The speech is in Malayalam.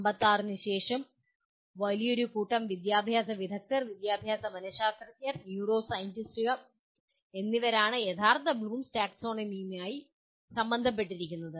56 ന് ശേഷം വലിയൊരു കൂട്ടം വിദ്യാഭ്യാസ വിദഗ്ധർ വിദ്യാഭ്യാസ മനഃശാസ്ത്രജ്ഞർ ന്യൂറോ സയന്റിസ്റ്റ് എന്നിവരാണ് യഥാർത്ഥ ബ്ലൂമിന്റെ ടാക്സോണമിയുമായി സംബന്ധപ്പെട്ടിരിക്കുന്നത്